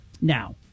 Now